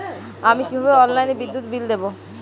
আমি কিভাবে অনলাইনে বিদ্যুৎ বিল দেবো?